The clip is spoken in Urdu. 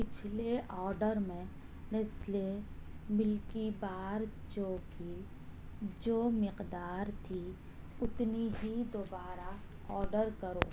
پچھلے آرڈر میں نیسلے ملکی بار چوکی جو مقدار تھی اتنی ہی دوبارہ آرڈر کرو